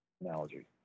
analogy